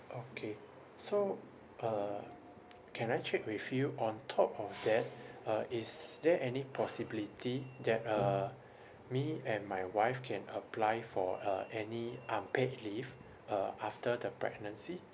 okay so uh can I check with you on top of that uh is there any possibility that uh me and my wife can apply for uh any unpaid leave uh after the pregnancy